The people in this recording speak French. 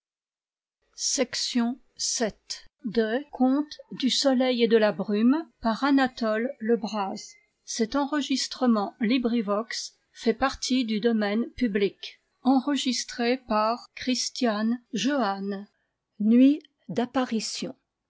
du soleil et de la brume reine anne marguerite et